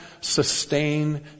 sustain